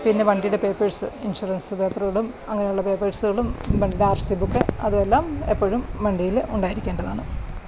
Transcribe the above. പിന്നെ വണ്ടിയുടെ papers insurance പേപ്പറുകളും അങ്ങനെയുള്ള പേപ്പേഴ്സുകളും വണ്ടിയുടെ ആർ സി ബുക്ക് അതുമെല്ലാം എപ്പോഴും വണ്ടിയിൽ ഉണ്ടായിരിക്കേണ്ടതാണ്